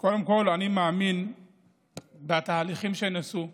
קודם כול, אני מאמין בתהליכים שנעשו.